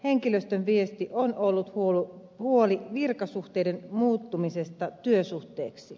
henkilöstön viesti on ollut huoli virkasuhteiden muuttumisesta työsuhteiksi